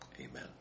Amen